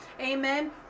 Amen